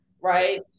Right